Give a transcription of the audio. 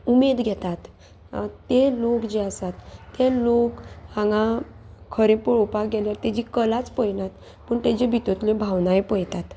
उमेद घेतात ते लोक जे आसात ते लोक हांगा खरें पळोवपाक गेल्यार तेजी कलाच पयनात पूण तेजे भितुंतल्यो भावनाय पळयतात